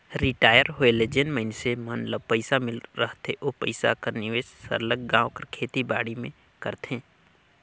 retire होए ले जेन मइनसे मन ल पइसा मिल रहथे ओ पइसा कर निवेस सरलग गाँव कर खेती बाड़ी में करथे